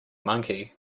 monkey